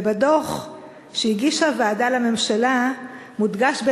ובדוח שהגישה הוועדה לממשלה מודגש,